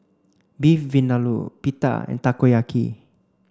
Beef Vindaloo Pita and Takoyaki